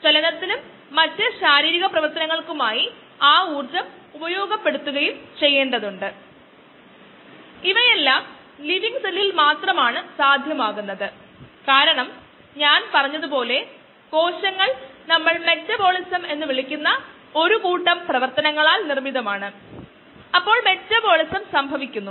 ചിലപ്പോൾ കാണപ്പെടുന്ന മറ്റൊരു തരം വളർച്ചയുണ്ട് ഇതിനെ ഡയാക്സിക് വളർച്ച എന്ന് വിളിക്കുന്നു ചിലപ്പോൾ അവർ അതിനെ ഡയക്സി എന്നും നാലാമതായി വിളിക്കുന്നു